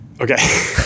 Okay